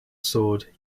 sword